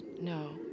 No